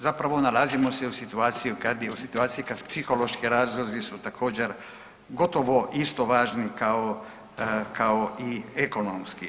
Zapravo nalazimo se u situaciji kada i u situaciji kad psihološki razlozi su također, gotovo isto važni kao i ekonomski.